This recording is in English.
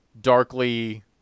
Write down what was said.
darkly